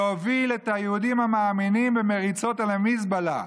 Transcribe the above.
ולהוביל את היהודים המאמינים במריצות אל המזבלה.